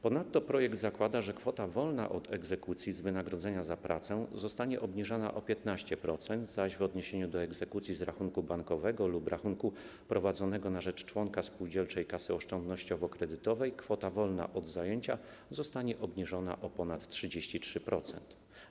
Ponadto projekt zakłada, że kwota wolna od egzekucji z wynagrodzenia za pracę zostanie obniżona o 15%, zaś w odniesieniu do egzekucji z rachunku bankowego lub rachunku prowadzonego na rzecz członka spółdzielczej kasy oszczędnościowo-kredytowej kwota wolna od zajęcia zostanie obniżona o ponad 33%.